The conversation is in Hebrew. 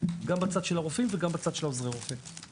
גם בצד של הרופאים וגם בצד של עוזרי הרופא.